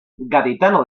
gaditano